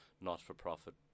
not-for-profit